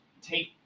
take